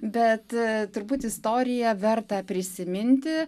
bet turbūt istorija verta prisiminti